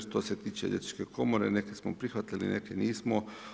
Što se tiče liječničke komore, neke smo prihvatili, neke nismo.